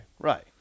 Right